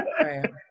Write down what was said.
Right